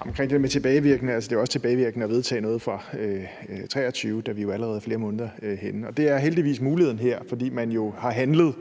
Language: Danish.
at det også er tilbagevirkende at vedtage noget for 2023, da vi jo allerede er flere måneder henne. Og det er heldigvis muligheden her, fordi man jo har handlet,